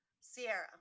Sierra